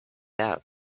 out